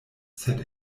sed